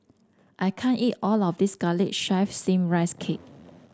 I can't eat all of this garlic chives steam Rice Cake